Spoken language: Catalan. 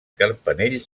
carpanell